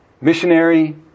Missionary